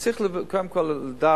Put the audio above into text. אז צריך קודם כול לדעת,